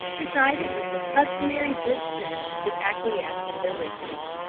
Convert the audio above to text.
decided with his customary good sense to acquiesce in their wishes,